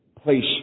place